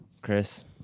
chris